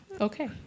Okay